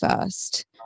first